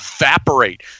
evaporate